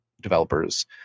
Developers